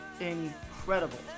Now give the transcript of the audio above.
incredible